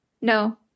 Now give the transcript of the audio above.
No